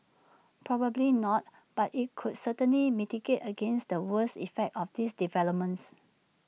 probably not but IT could certainly mitigate against the worst effects of these developments